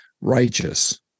righteous